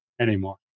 anymore